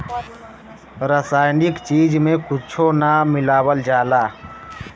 रासायनिक चीज में कुच्छो ना मिलावल जाला